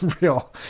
real